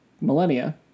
millennia